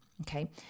Okay